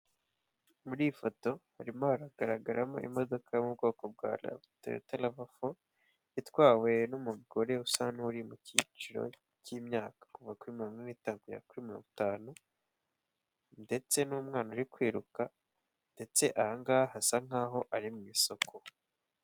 Muri iyi foto, harimo haragaragaramo imodoka yo mu bwoko bwa Toyota rava fo, itwawe n'umugore usa n'uri mu cyiciro cy'imyaka kuva kuri miringo ine n'itanu kugeza kuri mirongo itanu, ndetse n'umwana uri kwiruka, ndetse aha ngaha hasa nkaho ari mu isoko.